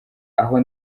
aho